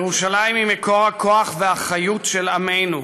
ירושלים היא מקור הכוח והחיות של עמנו,